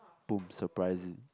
boom surprise it